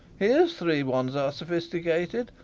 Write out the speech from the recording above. here's three on's are sophisticated!